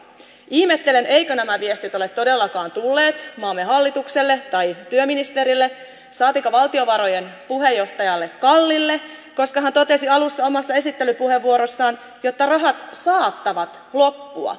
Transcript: ihmettelen eivätkö nämä viestit ole todellakaan tulleet maamme hallitukselle tai työministerille saatikka valtiovarainvaliokunnan puheenjohtajalle kallille koska hän totesi alussa omassa esittelypuheenvuorossaan että rahat saattavat loppua